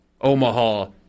Omaha